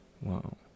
Wow